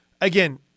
again –